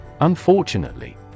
Unfortunately